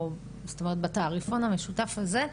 או בתעריפון המשותף הזה,